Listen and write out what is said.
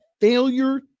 Failure